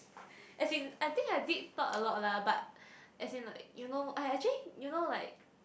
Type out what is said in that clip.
as in I think I did thought a lot lah but as in like you know actually you know like